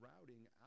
routing